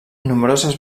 nombroses